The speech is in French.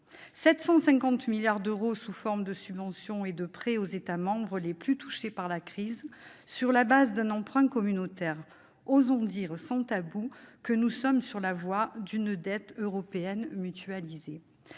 750 milliards d'euros sous la forme de subventions et de prêts aux États membres les plus touchés par la crise sur le fondement d'un emprunt communautaire : osons le dire sans tabou, nous sommes sur la voie d'une dette européenne mutualisée.